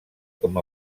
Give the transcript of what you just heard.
com